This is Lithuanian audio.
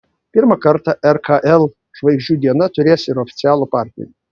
pirmą kartą rkl žvaigždžių diena turės ir oficialų partnerį